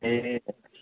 ए